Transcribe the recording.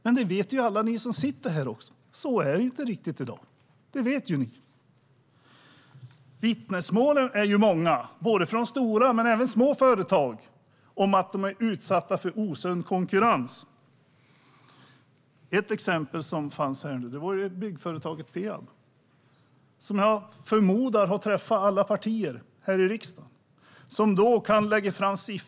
Men alla ni som sitter här vet att det inte är så i dag. Vittnesmålen är många från stora och små företag om att de är utsatta för osund konkurrens. Ett exempel är byggföretaget Peab. Jag förmodar att Peab har träffat representanter från alla partier i riksdagen.